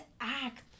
act